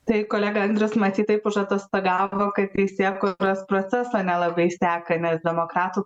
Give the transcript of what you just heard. tai kolega andrius matyt taip užatostogavo kad teisėkūros proceso nelabai seka nes demokratų